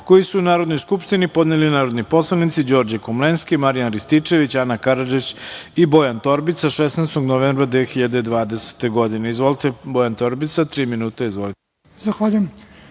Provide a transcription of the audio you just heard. koji su Narodnoj skupštini podneli narodni poslanici Đorđe Komlenski, Marijan Rističević, Ana Karadžić i Bojan Torbica, 16. novembra 2020. godine. Reč ima Bojan Torbica, tri minuta. Izvolite. **Bojan